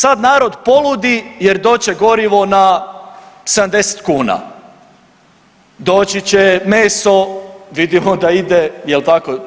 Sad narod poludi jer doći će gorivo na 70 kuna, doći će meso vidimo da ide jel' tako?